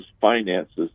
finances